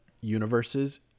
universes